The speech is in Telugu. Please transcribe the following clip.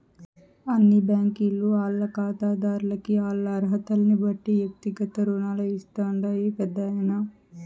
అన్ని బ్యాంకీలు ఆల్ల కాతాదార్లకి ఆల్ల అరహతల్నిబట్టి ఎక్తిగత రుణాలు ఇస్తాండాయి పెద్దాయనా